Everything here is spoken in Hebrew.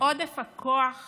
עודף הכוח